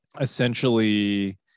essentially